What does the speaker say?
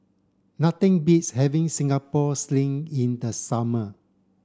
nothing beats having Singapore sling in the summer